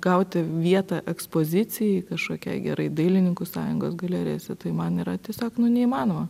gauti vietą ekspozicijai kažkokiai gerai dailininkų sąjungos galerijose tai man yra tiesiog neįmanoma